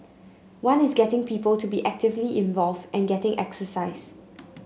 one is getting people to be actively involve and getting exercise